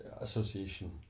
association